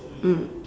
mm